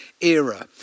era